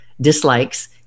dislikes